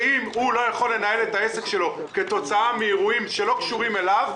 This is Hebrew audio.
שאם הוא לא יכול לנהל את העסק שלו כתוצאה מאירועים שלא קשורים אליו,